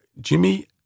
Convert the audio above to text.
Jimmy